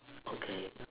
okay